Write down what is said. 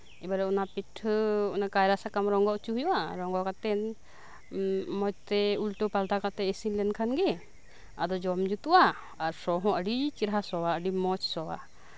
ᱮᱵᱟᱨᱮ ᱚᱱᱟ ᱯᱤᱴᱷᱟᱹ ᱠᱟᱭᱨᱟ ᱥᱟᱠᱟᱢ ᱨᱚᱸᱜᱚ ᱦᱚᱪᱚ ᱦᱩᱭᱩᱜᱼᱟ ᱨᱚᱸᱜᱚ ᱠᱟᱛᱮᱜ ᱢᱚᱸᱡᱽᱛᱮ ᱩᱞᱴᱟᱹ ᱯᱟᱞᱴᱟ ᱠᱟᱛᱮᱜ ᱤᱥᱤᱱ ᱞᱮᱱᱠᱷᱟᱱ ᱜᱮ ᱟᱫᱚ ᱡᱚᱢ ᱡᱩᱛᱩᱜᱼᱟ ᱟᱨ ᱥᱚ ᱦᱚᱸ ᱟᱹᱰᱤ ᱪᱮᱨᱦᱟ ᱥᱚᱣᱟ ᱟᱹᱰᱤ ᱢᱚᱸᱡᱽ ᱥᱚᱣᱟ